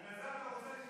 בגלל זה אתה רוצה,